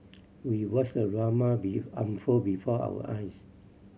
we watched the drama be unfold before our eyes